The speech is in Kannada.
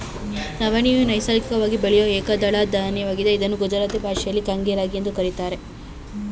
ನವಣೆಯು ನೈಸರ್ಗಿಕವಾಗಿ ಬೆಳೆಯೂ ಏಕದಳ ಧಾನ್ಯವಾಗಿದೆ ಇದನ್ನು ಗುಜರಾತಿ ಭಾಷೆಯಲ್ಲಿ ಕಾಂಗ್ನಿ ರಾಗಿ ಎಂದು ಕರಿತಾರೆ